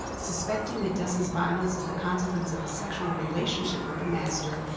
suspecting the deaths as violence is the consequence of a sexual relationship with the master,